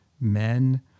men